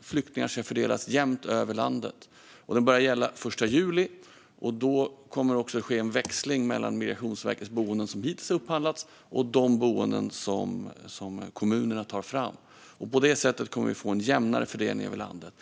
flyktingar ska fördelas jämnt över landet. Den lagen börjar gälla den 1 juli, och då kommer det också att ske en växling mellan Migrationsverkets boenden som hittills har upphandlats och de boenden som kommunerna tar fram. På det sättet kommer vi att få en jämnare fördelning över landet.